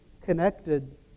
connected